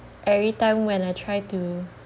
every time when I try to